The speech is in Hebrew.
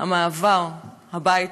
המעבר הביתה,